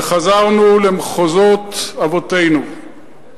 וחזרנו למחוזות אבותינו.